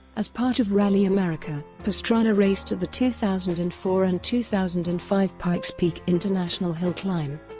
as part of rally america, pastrana raced at the two thousand and four and two thousand and five pikes peak international hill climb.